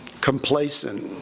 complacent